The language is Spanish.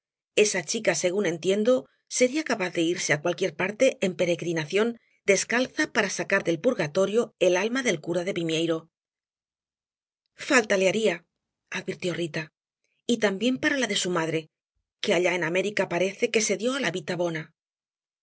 esa chica según entiendo sería capaz de irse á cualquier parte en peregrinación descalza para sacar del purgatorio el alma del cura de vimieiro falta le haría advirtió rita y también para la de su madre que allá en américa parece que se dió á la